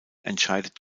entscheidet